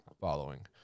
following